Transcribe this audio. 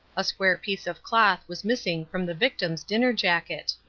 a square piece of cloth was missing from the victim's dinner jacket.